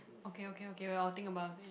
okay okay okay I'll think about it